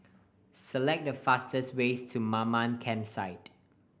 select the fastest ways to Mamam Campsite